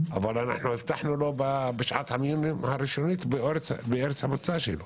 הבטחנו לו בשעת המיון הראשונית בארץ המוצא שלו.